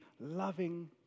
loving